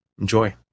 Enjoy